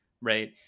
right